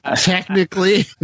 Technically